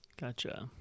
gotcha